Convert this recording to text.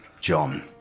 John